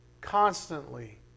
constantly